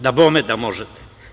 Dabome da možete.